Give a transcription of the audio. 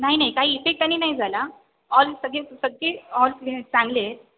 नाही नाही काही इफेक्ट आणि नाही झाला ऑल सगळे सगळे ऑल चांगले आहेत